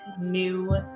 new